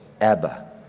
Abba